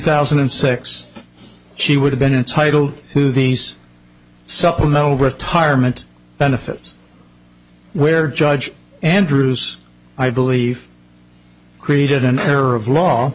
thousand and six she would have been a title movies supplemental retirement benefits where judge andrews i believe created an error of law